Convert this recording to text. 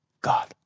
God